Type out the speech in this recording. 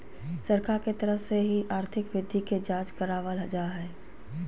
सरकार के तरफ से ही आर्थिक वृद्धि के जांच करावल जा हय